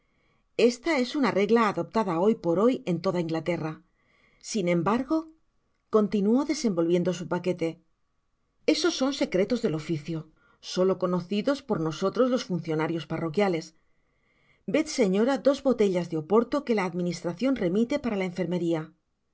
esta es una regla adoptada hoy por hoy en toda la inglaterra sin embargo continuó desenvolviendo su paquete esos son secretos del oficio solo conocidos por nosotros los funcionarios parroquiales ved señora dos botellas de oporlo que ja administracion remite para la enfermeria